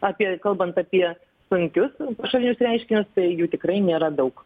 apie kalbant apie sunkius pašalinius reiškinius tai jų tikrai nėra daug